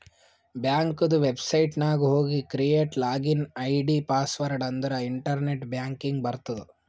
ಬ್ಯಾಂಕದು ವೆಬ್ಸೈಟ್ ನಾಗ್ ಹೋಗಿ ಕ್ರಿಯೇಟ್ ಲಾಗಿನ್ ಐ.ಡಿ, ಪಾಸ್ವರ್ಡ್ ಅಂದುರ್ ಇಂಟರ್ನೆಟ್ ಬ್ಯಾಂಕಿಂಗ್ ಬರ್ತುದ್